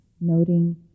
Noting